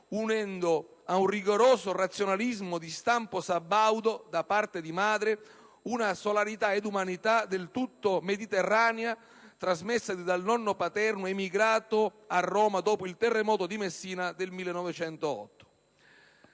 unendo a un rigoroso razionalismo di stampo sabaudo, da parte di madre, una solarità ed umanità del tutto mediterranea, trasmessagli dal nonno paterno, emigrato a Roma dopo il terremoto di Messina del 1908.